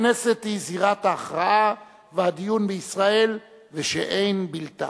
הכנסת היא זירת ההכרעה והדיון בישראל, ושאין בלתה.